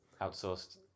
Outsourced